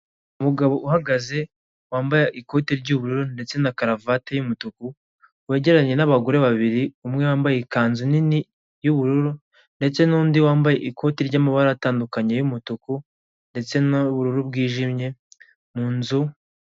Umugabo uhagaze wambaye ikoti ry'ubururu ndetse na karuvati y'umutuku, wegeranye n'abagore babiri, umwe wambaye ikanzu nini y'ubururu ndetse n'undi wambaye ikoti ry'amabara atandukanye y'umutuku ndetse n'ubururu bwijimye, mu nzu